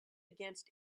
against